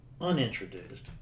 unintroduced